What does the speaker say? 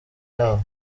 yabo